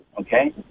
okay